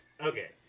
Okay